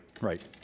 right